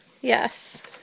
Yes